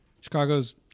chicago's